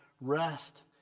rest